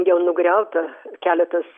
jau nugriauta keletas